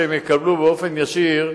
שהם יקבלו באופן ישיר,